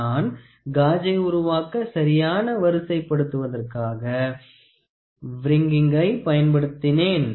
நான் காஜை உருவாக்க சரியான வரிசைப்படுத்துவதற்க்காக வ்ரிங்கிங்கை பயன்படுத்தினேன்